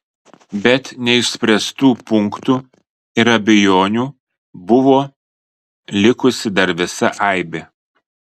bet neišspręstų punktų ir abejonių buvo likusi dar visa aibė